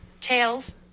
Tails